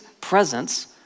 presence